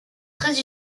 très